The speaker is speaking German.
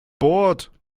bord